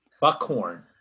Buckhorn